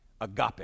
Agape